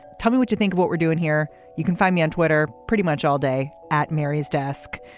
tell me what you think, what we're doing here. you can find me on twitter. pretty much all day at mary's desk.